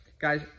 guys